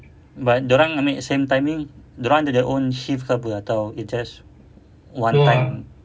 but dia orang ambil same timing dia orang ada own shift ke apa atau it's just one time